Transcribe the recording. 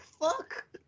fuck